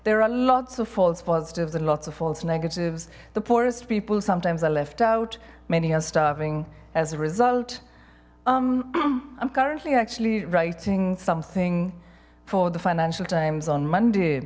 there are lots of false positives and lots of false negatives the poorest people sometimes are left out many are starving as a result i'm currently actually writing something for the financial times on monday